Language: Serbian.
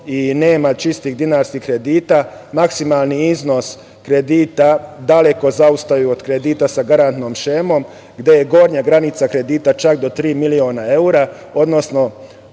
i nema čistih dinarskih kredita, maksimalni iznos kredita daleko zaostaju od kredita sa garantnom šemom, gde je gornja granica kredita čak do tri miliona evra, odnosno